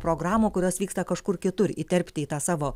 programų kurios vyksta kažkur kitur įterpti į tą savo